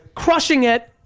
crushing it,